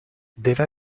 deve